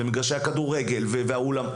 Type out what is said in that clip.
משחקי הכדורגל והאולם,